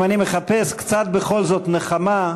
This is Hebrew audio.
אם אני מחפש בכל זאת קצת נחמה,